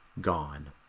gone